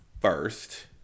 first